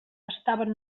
estaven